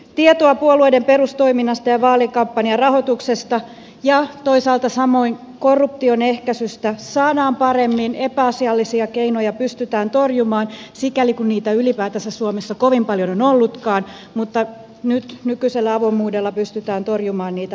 tietoa puolueiden perustoiminnasta ja vaalikampanjarahoituksesta ja toisaalta samoin korruption ehkäisystä saadaan paremmin epäasiallisia keinoja pystytään torjumaan sikäli kuin niitä ylipäätänsä suomessa kovin paljon on ollutkaan mutta nyt nykyisellä avoimuudella pystytään torjumaan niitä paremmin